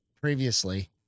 previously